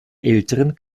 älteren